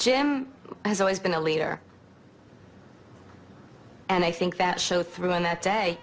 jim has always been a leader and i think that show through on that day